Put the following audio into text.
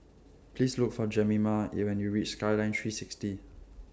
Please Look For Jemima when YOU REACH Skyline three sixty